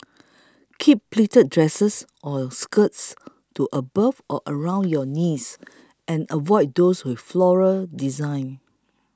keep pleated dresses or skirts to above or around your knees and avoid those with floral designs